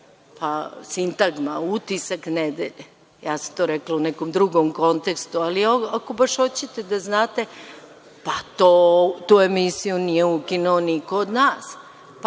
sintagma utisak nedelje. Ja sam to rekla u nekom drugom kontekstu, ali ako baš hoćete da znate, pa tu emisiju nije ukinuo niko od nas,